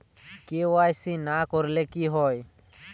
KYC না করলে কি হয়?